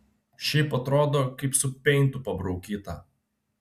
šiaip atrodo kaip su peintu pabraukyta